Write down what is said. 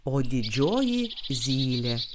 o didžioji zylė